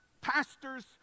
pastors